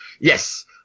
yes